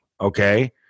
okay